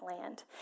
land